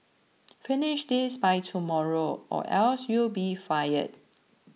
finish this by tomorrow or else you'll be fired